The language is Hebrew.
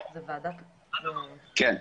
כן.